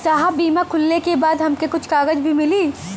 साहब बीमा खुलले के बाद हमके कुछ कागज भी मिली?